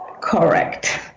correct